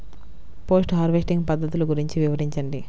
Post harvesting పద్ధతులు గురించి వివరించండి?